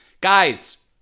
Guys